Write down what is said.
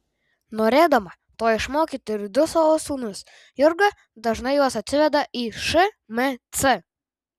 norėdama to išmokyti ir du savo sūnus jurga dažnai juos atsiveda į šmc